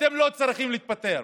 אתם לא צריכים להתפטר,